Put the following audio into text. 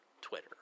Twitter